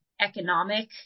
economic